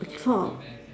it's four